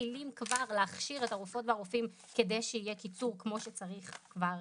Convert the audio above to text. מתחילים כבר להכשיר את הרופאות והרופאים כדי שיהיה קיצור כמו שצריך כבר